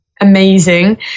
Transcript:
amazing